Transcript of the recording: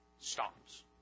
stops